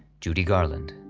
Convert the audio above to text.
judy garland.